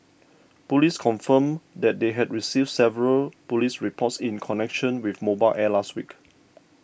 police confirmed they had received several police reports in connection with Mobile Air last week